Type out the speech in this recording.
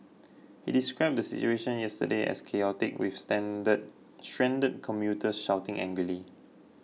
he described the situation yesterday as chaotic with standard stranded commuters shouting angrily